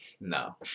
No